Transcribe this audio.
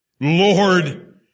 Lord